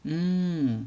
mm